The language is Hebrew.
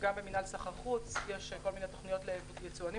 גם במינהל סחר חוץ יש כל מיני תוכניות ליצואנים,